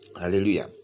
hallelujah